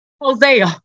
Hosea